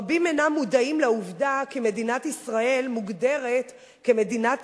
רבים אינם מודעים לעובדה שמדינת ישראל מוגדרת מדינת